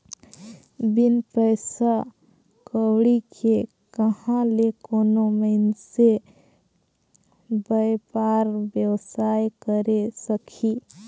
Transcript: बिन पइसा कउड़ी के कहां ले कोनो मइनसे बयपार बेवसाय करे सकही